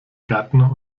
gärtner